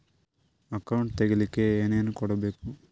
Account ತೆಗಿಲಿಕ್ಕೆ ಏನೇನು ಕೊಡಬೇಕು?